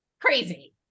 crazy